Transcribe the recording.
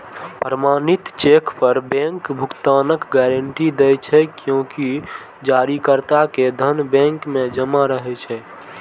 प्रमाणित चेक पर बैंक भुगतानक गारंटी दै छै, कियैकि जारीकर्ता के धन बैंक मे जमा रहै छै